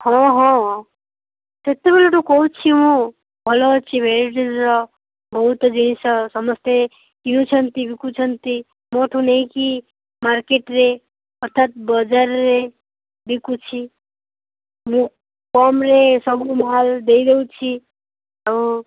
ହଁ ହଁ ସେତେବେଲଠୁ କହୁଛି ମୁଁ ଭଲ ଅଛି ବହୁତ ଜିନିଷ ସମସ୍ତେ କିନୁଛନ୍ତି ବିକୁଛନ୍ତି ମୋଠୁ ନେଇକି ମାର୍କେଟ୍ରେ ଅର୍ଥାତ ବଜାରରେ ବିକୁଛି ମୁଁ କମ୍ରେ ସବୁ ମାଲ୍ ଦେଇ ଦେଉଛି ଆଉ